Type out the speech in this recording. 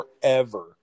forever